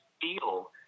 feel